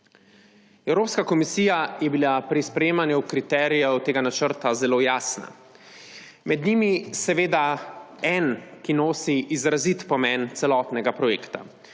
Evropska komisija je bila pri sprejemanju kriterijev tega načrta zelo jasna. Med njimi je eden, ki nosi izrazit pomen celotnega projekta,